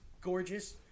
gorgeous